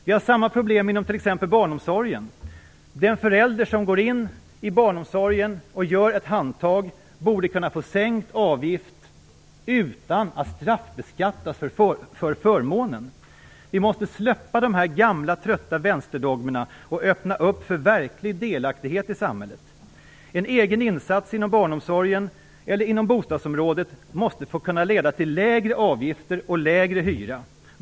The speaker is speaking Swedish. Vi har samma problem inom t.ex. barnomsorgen. Den förälder som går in i barnomsorgen och gör ett handtag borde kunna få sänkt avgift utan att straffbeskattas för förmånen. Vi måste släppa de här gamla trötta vänsterdogmerna och öppna för verklig delaktighet i samhället. En egen insats inom barnomsorgen eller inom bostadsområdet måste kunna leda till lägre avgifter och lägre hyra.